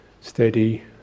steady